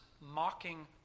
mocking